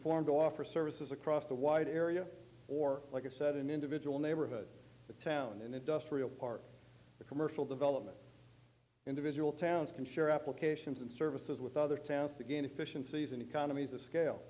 formed offer services across the wide area or like i said an individual neighborhood a town an industrial park a commercial development individual towns can share applications and services with other towns to gain efficiencies and economies of scale